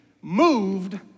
moved